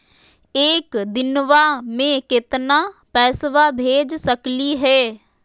एक दिनवा मे केतना पैसवा भेज सकली हे?